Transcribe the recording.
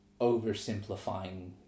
oversimplifying